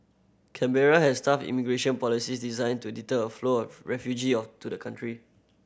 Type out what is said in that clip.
Canberra has tough immigration policies designed to deter a flow of refugee of to the country